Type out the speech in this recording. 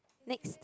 next